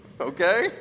okay